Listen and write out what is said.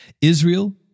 Israel